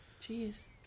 Jeez